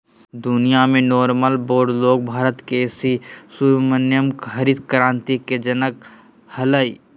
दुनिया में Norman Borlaug Bharat के सी सुब्रमण्यम हरित क्रांति के जनक हलई